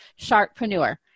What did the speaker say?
sharkpreneur